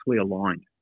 aligned